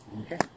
Okay